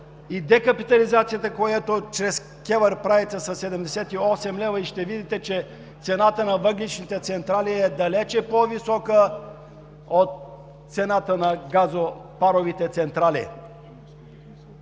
и декапитализацията, която чрез КЕВР правите със 78 лв., ще видите, че цената на въглищните централи е далеч по-висока от цената на газопаровите централи.